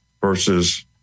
versus